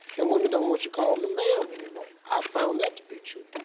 and women don't want you calling them ma'am anymore, i found that to be true.